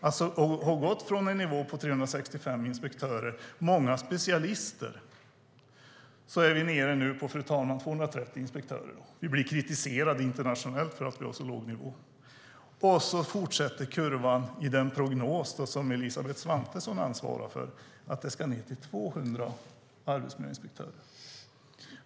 Vi har gått från en nivå på 365 inspektörer, många av dem specialister, till att i dag vara nere på 230 inspektörer, fru talman. Vi blir kritiserade internationellt för att vi har en så låg nivå. I den prognos som Elisabeth Svantesson ansvarar för fortsätter kurvan att gå nedåt och antalet arbetsmiljöinspektörer ska bli 200.